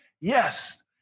yes